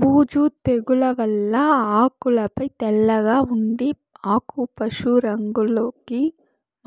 బూజు తెగుల వల్ల ఆకులపై తెల్లగా ఉండి ఆకు పశు రంగులోకి